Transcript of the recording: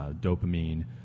dopamine